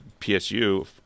PSU